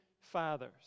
fathers